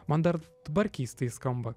man dar dabar keistai skamba